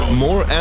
more